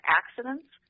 accidents